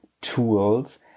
tools